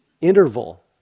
interval